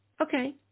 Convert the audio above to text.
okay